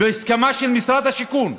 בהסכמה של משרד השיכון,